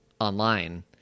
online